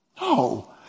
No